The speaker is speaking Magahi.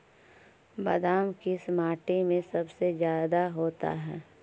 बादाम किस माटी में सबसे ज्यादा होता है?